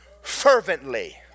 fervently